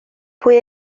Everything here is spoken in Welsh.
pwy